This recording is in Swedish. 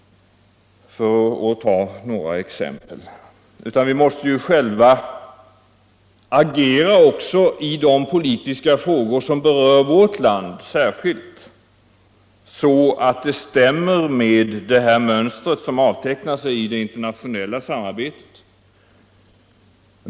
Vi måste själva agera så också i de politiska frågor som berör vårt land särskilt, att det stämmer med det mönster som avtecknar sig i våra internationella ställningstaganden.